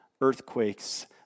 earthquakes